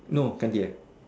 no 干爹